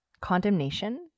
condemnation